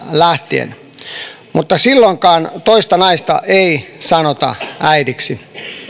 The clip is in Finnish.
lähtien mutta silloinkaan toista naista ei sanota äidiksi